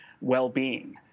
well-being